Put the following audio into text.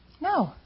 No